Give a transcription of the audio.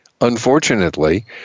unfortunately